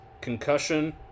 Concussion